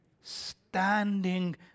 standing